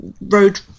road